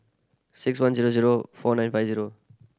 six one zero zero four nine five zero